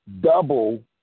double